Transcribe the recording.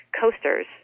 coasters